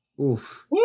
oof